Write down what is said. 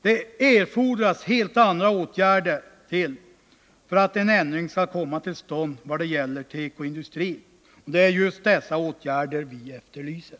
Det erfordras helt andra åtgärder för att en ändring skall kunna komma till stånd när det gäller tekoindustrin. Det är just dessa åtgärder vi efterlyser.